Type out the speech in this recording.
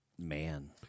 man